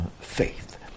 faith